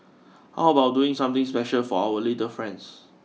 how about doing something special for our little friends